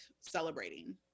celebrating